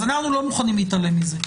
אז אנחנו לא מוכנים להתעלם מזה.